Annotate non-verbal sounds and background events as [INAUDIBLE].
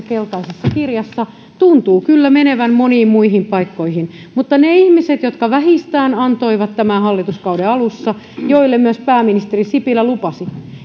[UNINTELLIGIBLE] keltaisessa kirjassa tuntuu menevän moniin muihin paikkoihin niille ihmisille jotka vähistään antoivat tämän hallituskauden alussa pääministeri sipilä lupasi